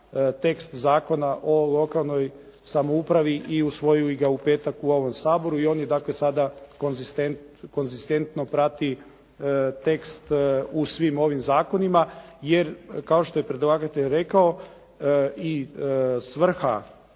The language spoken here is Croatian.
tekst Zakona o lokalnoj samoupravi i usvojili ga u petak u ovom Saboru. I on je dakle, sada konzistentno prati tekst u svim ovim zakonima. Jer kao što je predlagatelj rekao i svrha